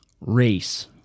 race